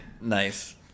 Nice